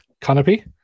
Canopy